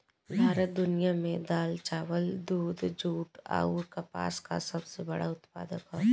भारत दुनिया में दाल चावल दूध जूट आउर कपास का सबसे बड़ा उत्पादक ह